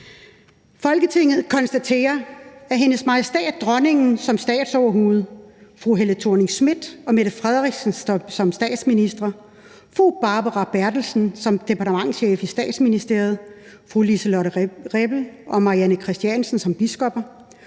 »Folketinget konstaterer, at Hendes Majestæt Dronningen som statsoverhoved, fru Helle Thorning Schmidt og fru Mette Frederiksen som statsministre, fru Barbara Bertelsen som departementschef i Statsministeriet, fru Lise-Lotte Rebel og fru Marianne Christiansen som biskopper,